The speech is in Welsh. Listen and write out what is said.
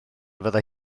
fyddai